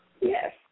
Yes